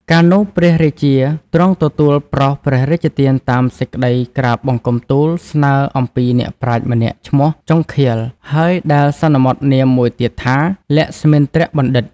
កាលនោះ ព្រះរាជាទ្រង់ទទួលប្រោសព្រះរាជទានតាមសេចក្តីក្រាបបង្គំទូលស្នើអំពីអ្នកប្រាជ្ញម្នាក់ឈ្មោះ ជង្ឃាល ហើយដែលសន្មតនាមមួយទៀតថា លក្ស្មិន្ទ្របណ្ឌិត ។